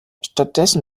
stattdessen